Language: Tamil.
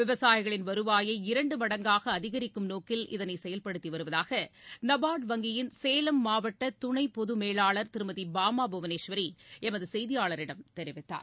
விவசாயிகளின் நோக்கில் வருவாயை இரண்டு மடங்காகஅதிகரிக்கும் இதனைசெயல்படுத்திவருவதாகநபார்டு வங்கியின் சேலம் மாவட்டதுணைப்பொதமேலாளர் திருமதி பாமா புவனேஸ்வரிஎமதுசெய்தியாளரிடம் தெரிவித்தார்